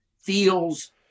feels